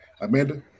Amanda